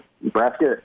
Nebraska